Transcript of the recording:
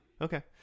Okay